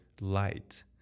light